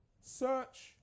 Search